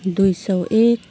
दुई सौ एक